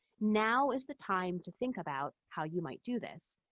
now is the time to think about how you might do this.